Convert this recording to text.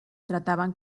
trataban